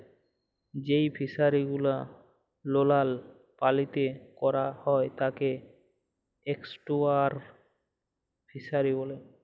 যেই ফিশারি গুলো লোলা পালিতে ক্যরা হ্যয় তাকে এস্টুয়ারই ফিসারী ব্যলে